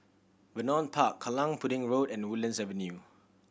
Vernon Park Kallang Pudding Road and Woodlands Avenue